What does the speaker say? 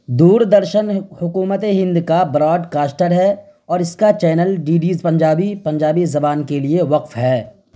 دور درشن حکومت ہند کا براڈ کاسٹر ہے اور اس کا channel D D Punjabi Punjabi زبان کے لیے وقف ہے